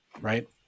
right